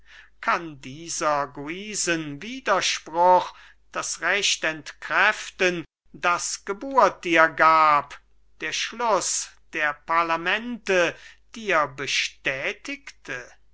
kann dieser guisen wiederspruch das recht entkräften das geburt dir gab der schluß der parlamente dir bestätigte